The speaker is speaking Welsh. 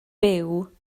byw